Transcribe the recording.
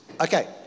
Okay